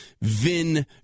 Vin